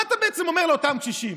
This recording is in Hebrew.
מה אתה בעצם אומר לאותם קשישים?